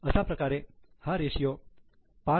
अशा प्रकारे हा रेषीयो 5